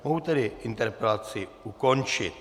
Mohu tedy interpelaci ukončit.